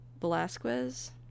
Velasquez